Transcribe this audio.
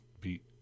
beat